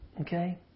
Okay